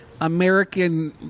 American